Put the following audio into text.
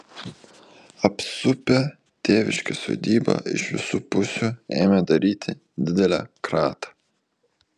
apsupę tėviškės sodybą iš visų pusių ėmė daryti didelę kratą